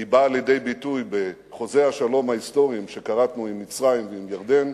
היא באה לידי ביטוי בחוזי השלום ההיסטוריים שכרתנו עם מצרים ועם ירדן,